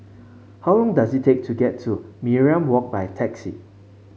how long does it take to get to Mariam Walk by taxi